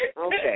Okay